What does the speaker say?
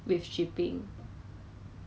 yeah you go and see it's at level one